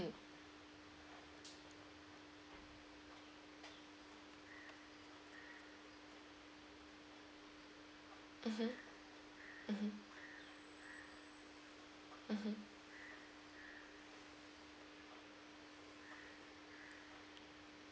mm mmhmm mmhmm mmhmm